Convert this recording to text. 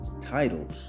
titles